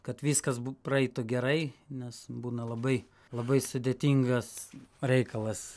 kad viskas bu praeitų gerai nes būna labai labai sudėtingas reikalas